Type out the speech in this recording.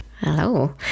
Hello